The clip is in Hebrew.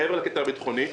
מעבר לקטע הביטחוני.